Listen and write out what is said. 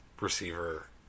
receiver